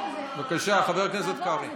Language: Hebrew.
בבקשה, חבר הכנסת קרעי.